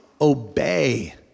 Obey